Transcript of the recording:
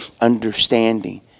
understanding